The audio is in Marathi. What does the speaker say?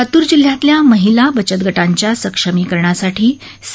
लातूर जिल्ह्यातल्या महिला बचतगटाच्या सक्षमीकरणासाठी सी